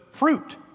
fruit